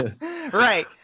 Right